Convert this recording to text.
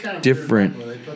different